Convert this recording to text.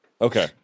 Okay